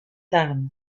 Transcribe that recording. tarn